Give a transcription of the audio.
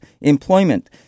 employment